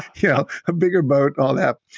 yeah a bigger boat, all that.